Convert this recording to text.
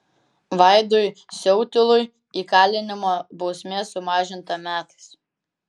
vaidui siautilui įkalinimo bausmė sumažinta metais